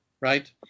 right